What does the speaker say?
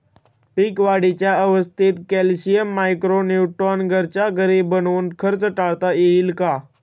पीक वाढीच्या अवस्थेत calcium, micro nutrient घरच्या घरी बनवून खर्च टाळता येईल का?